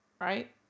right